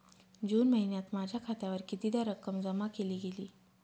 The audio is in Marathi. जून महिन्यात माझ्या खात्यावर कितीदा रक्कम जमा केली गेली?